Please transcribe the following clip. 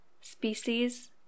species